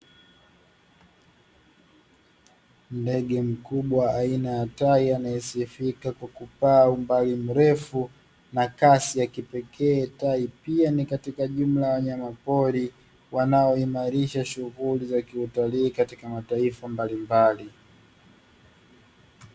Ndenge mkubwa aina ya tai anaesifika kwa kupaa umbali mrefu na kasi, ya kipekee tai pia ni katika jumla ya wanyama pori wanaoimarisha shughuli za kitalii katika mataifa mbalimbali.